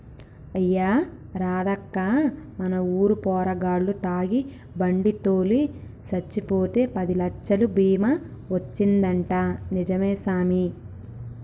అయ్యా రాదక్కా మన ఊరు పోరగాల్లు తాగి బండి తోలి సచ్చిపోతే పదిలచ్చలు బీమా వచ్చిందంటా నిజమే సామి